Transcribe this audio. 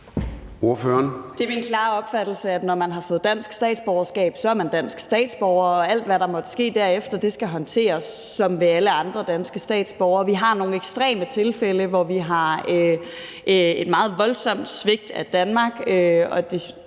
Det er min klare opfattelse, at når man har fået dansk statsborgerskab, er man dansk statsborger, og alt, hvad der måtte ske derefter, skal håndteres på samme måde som for alle andre danske statsborgere. Vi har nogle ekstreme tilfælde, hvor der er tale om et meget voldsomt svigt af Danmark og